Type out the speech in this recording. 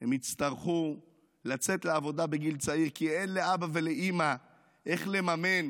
הם יצטרכו לצאת לעבודה בגיל צעיר כי אין לאבא ולאימא איך לממן